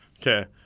Okay